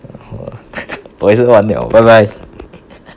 我也是完了拜拜